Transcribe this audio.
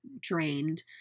drained